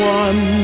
one